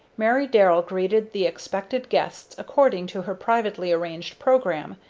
mary darrell greeted the expected guests according to her privately arranged programme,